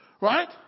Right